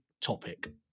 Topic